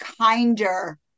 kinder